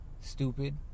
stupid